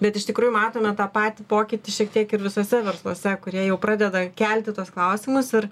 bet iš tikrųjų matome tą patį pokytį šiek tiek ir visuose versluose kurie jau pradeda kelti tuos klausimus ir